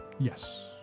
Yes